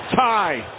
tie